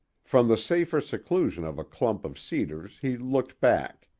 from the safer seclusion of a clump of cedars he looked back.